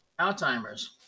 alzheimer's